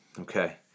okay